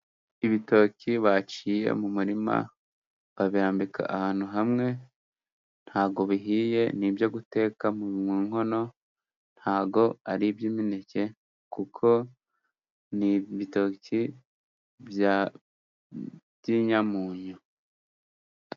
Ibitoki baciye mu murima babirambika ahantu hamwe, ntawo bihiye ni ibyo guteka mu nkono ntawo ari iby'imeneke kuko ni ibitoki by'ibinyamunyo.